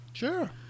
Sure